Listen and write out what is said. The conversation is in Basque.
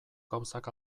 gauzak